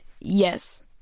yes